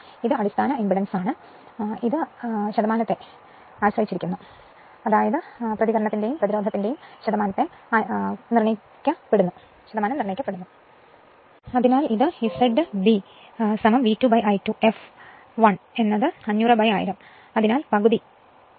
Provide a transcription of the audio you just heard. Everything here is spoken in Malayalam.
അതിനാൽ ഇത് അടിസ്ഥാന ഇംപെഡൻസാണ് അതിനെ അടിസ്ഥാനമാക്കി പ്രതിരോധത്തിന്റെ ശതമാനം പ്രതികരണത്തിന്റെ ശതമാനം ഇംപെഡൻസ് ശതമാനം എന്നിവ നിർണ്ണയിക്കപ്പെടുന്നു അതിനാൽ ഇത് ZB V2 I2 fl അതിനാൽ 5001000 അതിനാൽ പകുതി Ω